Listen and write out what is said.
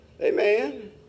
Amen